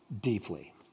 deeply